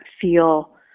feel